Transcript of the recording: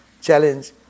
challenge